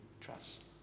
Trust